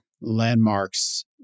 landmarks